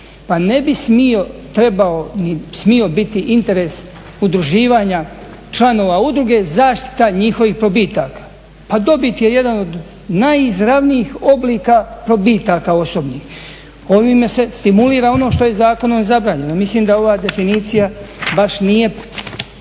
ni smio biti interes udruživanja članova udruge zaštita njihovih probitaka. Pa dobit je jedan od najizravnijih oblika probitaka osobnih. Ovime se stimulira ono što je zakonom zabranjeno. Mislim da ova definicija baš nije